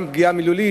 גם פגיעה מילולית,